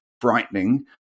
frightening